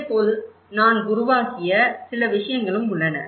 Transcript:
இதேபோல் நான் உருவாக்கிய சில விஷயங்களும் உள்ளன